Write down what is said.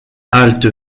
halte